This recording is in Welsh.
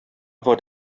fod